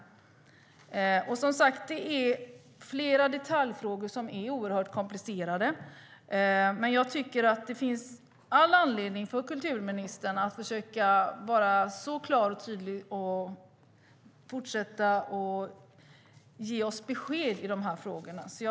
Det är som sagt flera detaljfrågor som är oerhört komplicerade, men jag tycker att det finns all anledning för kulturministern att försöka vara klar och tydlig och fortsätta ge oss besked i de här frågorna.